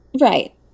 Right